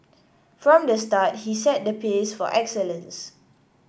from the start he set the pace for excellence